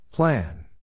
Plan